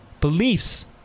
beliefs